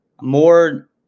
more